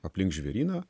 aplink žvėryną